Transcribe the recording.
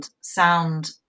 sound